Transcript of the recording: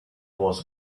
was